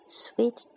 sweet